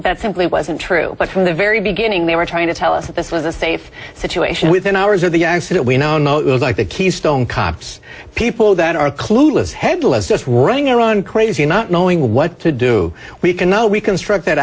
that simply wasn't true but from the very beginning they were trying to tell us that this was a safe situation within hours of the accident we now know it was like the keystone kops people that are clueless headless just running around crazy not knowing what to do we cannot reconstruct